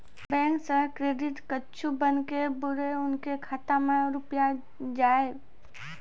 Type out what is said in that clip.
Bank से credit card बन के बुरे उनके खाता मे रुपिया जाएब?